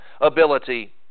ability